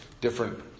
different